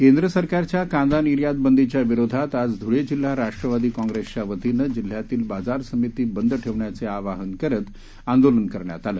केंद्र सरकारच्या कांदा निर्यात बंदीच्या विरोधात आज धुळे जिल्हा राष्ट्रवादी कॉंग्रेसच्या वतीने जिल्ह्यातील बाजार समिती बंद ठेवण्याचे आवाहन करत आंदोलन करण्यात आले